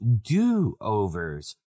do-overs